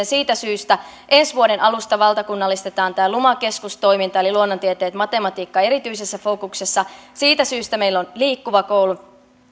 siitä syystä ensi vuoden alusta valtakunnallistetaan tämä luma keskustoiminta eli luonnontieteet ja matematiikka erityisessä fokuksessa siitä syystä meillä on liikkuva koulu